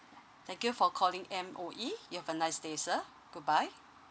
thank you for calling M_O_E you have a nice day sir goodbye